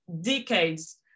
decades